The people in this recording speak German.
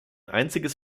einziges